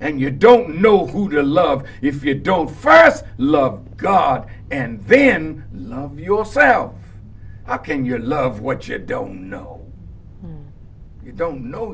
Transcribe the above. and you don't know who to love if you don't first love god and then love yourself how can your love what you don't know you don't know